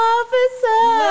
Officer